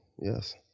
yes